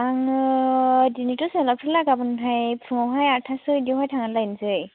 आङो दिनैथ' सोलाबथ'ला गाबोनहाय फुङावहाय आटथासो बिदियावहाय थांनानै लायसै